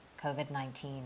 COVID-19